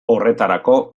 horretarako